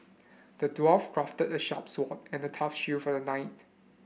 the dwarf crafted a sharp sword and a tough shield for the knight